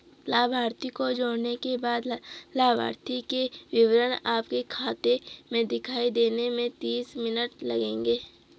लाभार्थी को जोड़ने के बाद लाभार्थी के विवरण आपके खाते में दिखाई देने में तीस मिनट लगेंगे